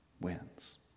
wins